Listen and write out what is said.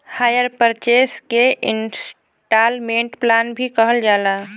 hire purchase के instalment plan भी कहल जाला